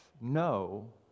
no